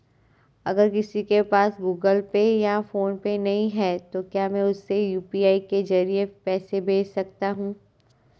अगर किसी के पास गूगल पे या फोनपे नहीं है तो क्या मैं उसे यू.पी.आई के ज़रिए पैसे भेज सकता हूं?